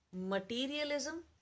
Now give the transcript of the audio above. materialism